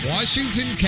Washington